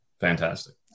fantastic